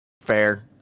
fair